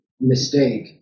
mistake